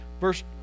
verse